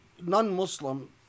non-Muslim